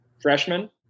freshman